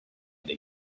they